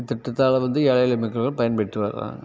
இத்திட்டத்தால் வந்து ஏழை எளிய மக்கள் வந்து பயன்பெற்று வராங்க